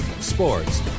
sports